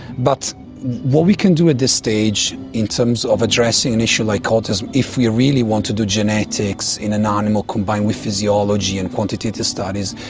but what we can do at this stage in terms of addressing an issue like autism, if we really want to do genetics in an animal combined with physiology and quantitative studies,